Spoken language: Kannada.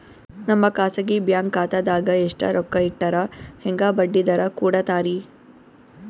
ನಮ್ಮ ಖಾಸಗಿ ಬ್ಯಾಂಕ್ ಖಾತಾದಾಗ ಎಷ್ಟ ರೊಕ್ಕ ಇಟ್ಟರ ಹೆಂಗ ಬಡ್ಡಿ ದರ ಕೂಡತಾರಿ?